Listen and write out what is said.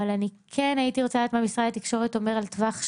אבל אני כן הייתי רוצה לדעת מה משרד התקשורת אומר על טווח שעות,